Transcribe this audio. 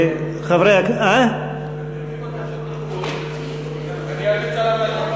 על-פי בקשתי הוא, אני אמליץ עליו להדליק משואה.